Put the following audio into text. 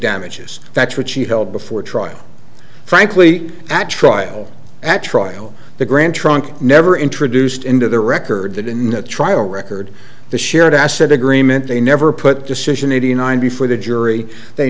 damages facts which he held before trial frankly at trial at trial the grand trunk never introduced into the record that in a trial record the shared asset agreement they never put decision eighty nine before the jury they